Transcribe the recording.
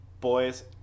Boys